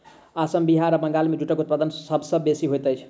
असम बिहार आ बंगाल मे जूटक उत्पादन सभ सॅ बेसी होइत अछि